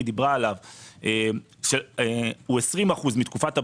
דיברה עליו הוא 20% מתקופת הבסיס,